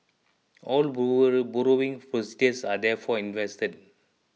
all borrowing proceeds are therefore invested